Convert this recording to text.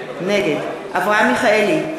נגד אברהם מיכאלי,